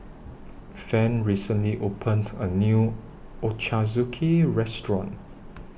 Van recently opened A New Ochazuke Restaurant